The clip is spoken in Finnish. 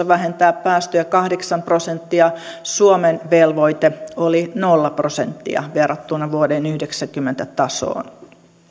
vähentää päästöjä kahdeksan prosenttia suomen velvoite oli nolla prosenttia verrattuna vuoden yhdeksänkymmentä tasoon